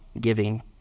giving